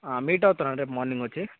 meet అవుతాను అండి రేపు మార్నింగ్ వచ్చి